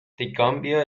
gambia